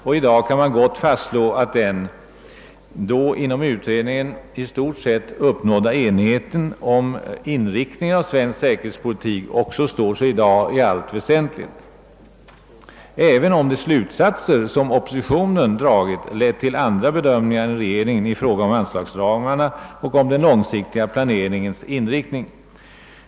I dag kan man gott fastslå att den då inom utredningen i stort sett uppnådda enigheten om inriktningen av svensk säkerhetspolitik står sig alltjämt i allt väsentligt, även om de slutsatser, som oppositionen dragit, lett till andra bedömningar än regeringens i fråga om anslagsramarna och i fråga om den långsiktiga — planeringens inriktning.